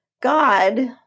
God